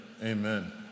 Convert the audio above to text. Amen